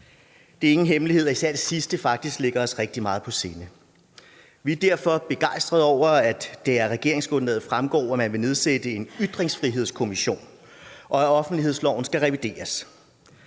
Det er ingen hemmelighed, at især det sidste faktisk ligger os rigtig meget på sinde. Vi er derfor begejstrede over, at det af regeringsgrundlaget fremgår, at man vil nedsætte en ytringsfrihedskommission, og at offentlighedsloven skal revideres.